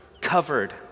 covered